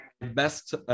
best